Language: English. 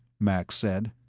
max said.